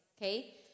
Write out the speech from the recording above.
okay